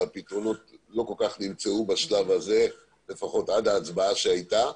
והפתרונות לא כל כך נמצאו בשלב הזה לפחות עד ההצבעה שהייתה.